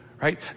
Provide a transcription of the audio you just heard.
Right